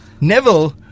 Neville